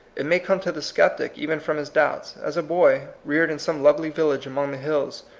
it may come to the sceptic even from his doubts. as a boy, reared in some lovely village among the hills,